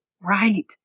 Right